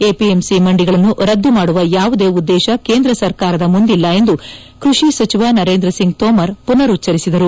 APMC ಮಂಡಿಗಳನ್ನು ರದ್ದು ಮಾಡುವ ಯಾವುದೇ ಉದ್ದೇಶ ಕೇಂದ್ರ ಸರ್ಕಾರದ ಮುಂದಿಲ್ಲ ಎಂದು ಕೃಷಿ ಸಚಿವ ನರೇಂದ್ರ ಸಿಂಗ್ ತೋಮರ್ ಪುನರುಚ್ಚರಿಸಿದರು